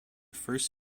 first